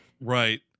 right